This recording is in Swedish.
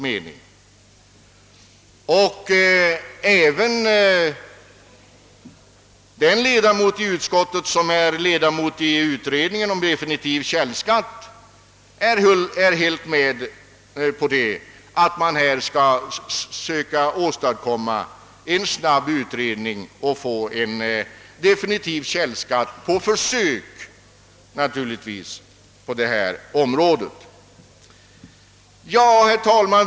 Även den ledamot i utskottet som är ledamot i utredningen om definitiv källskatt är helt med på att man skall försöka åstadkomma en snabbutredning och på försök tillämpa en dylik källskatt i fråga om folkpensionärerna. Herr talman!